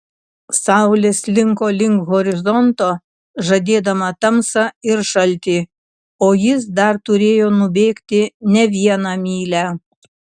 saulė slinko link horizonto žadėdama tamsą ir šaltį o jis dar turėjo nubėgti ne vieną mylią